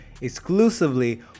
exclusively